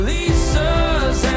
Lisa's